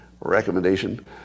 recommendation